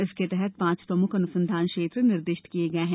इसके तहत पांच प्रमुख अनुसंधान क्षेत्र निर्दिष्ट किए गए हैं